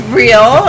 real